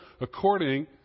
according